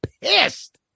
pissed